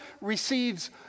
receives